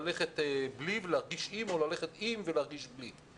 ללכת בלי ולהרגיש עם או ללכת עם ולהרגיש בלי.